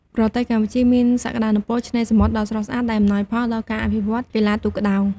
ប្រទេសកម្ពុជាមានសក្ដានុពលឆ្នេរសមុទ្រដ៏ស្រស់ស្អាត ដែលអំណោយផលដល់ការអភិវឌ្ឍន៍កីឡាទូកក្ដោង។